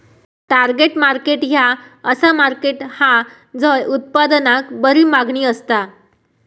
target market ह्या असा market हा झय उत्पादनाक बरी मागणी असता